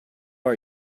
are